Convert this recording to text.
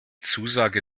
zusage